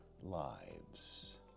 lives